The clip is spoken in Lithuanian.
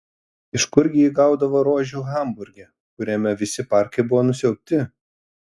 iš kurgi ji gaudavo rožių hamburge kuriame visi parkai buvo nusiaubti